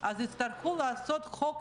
תסתכלי עלי,